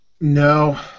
No